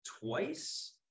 twice